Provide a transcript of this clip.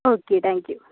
okay thank you